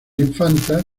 infanta